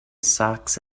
socks